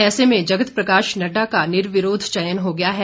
ऐसे में जगत प्रकाश नड्डा का निर्विरोध चयन हो गया है